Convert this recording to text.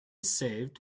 saved